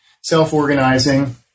self-organizing